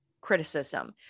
criticism